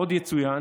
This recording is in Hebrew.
עוד יצוין